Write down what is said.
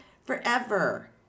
forever